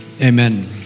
Amen